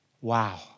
Wow